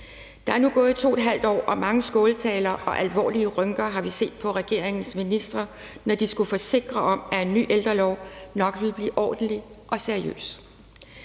Der er nu gået 2½ år, og mange skåltaler har vi fået og alvorlige panderynker har vi set på regeringens ministre, når de skulle forsikre om, at en ny ældrelov nok skulle blive ordentlig og seriøs.